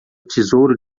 tesouro